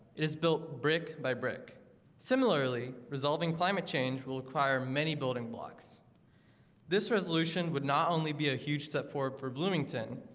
it is built brick by brick similarly resolving climate change will require many building blocks this resolution would not only be a huge step forward for bloomington,